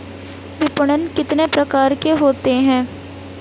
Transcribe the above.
विपणन कितने प्रकार का होता है?